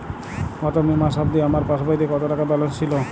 গত মে মাস অবধি আমার পাসবইতে কত টাকা ব্যালেন্স ছিল?